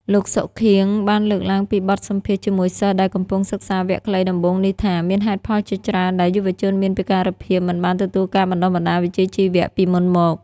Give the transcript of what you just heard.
លោក សុខៀង បានលើកឡើងពីបទសម្ភាសន៍ជាមួយសិស្សដែលកំពុងសិក្សាវគ្គខ្លីដំបូងនេះថា មានហេតុផលជាច្រើនដែលយុវជនមានពិការភាពមិនបានទទួលការបណ្តុះបណ្តាលវិជ្ជាជីវៈពីមុនមក។